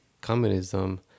communism